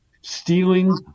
stealing